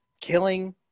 killing